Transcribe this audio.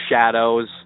shadows